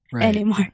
anymore